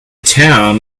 town